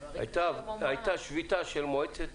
הייתה שביתה של מועצת